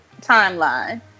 timeline